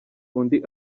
undi